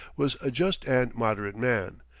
was a just and moderate man,